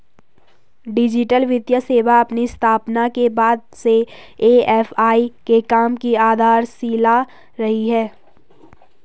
digital वित्तीय सेवा अपनी स्थापना के बाद से ए.एफ.आई के काम की आधारशिला रही है